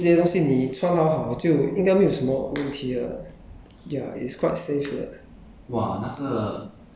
um okay lah but 我觉得你只要戴那个 P_P_E 这些东西你穿好好就应该没有什么问题的